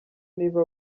niba